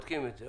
בודקים את זה.